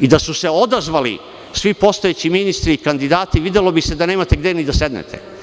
i da su se odazvali svi postojeći ministri i kandidati, videlo bi se da nemate gde ni da sednete.